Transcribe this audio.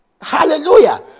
hallelujah